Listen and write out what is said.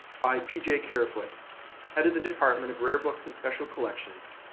by pj carefoote head of the department of rare books and special collections,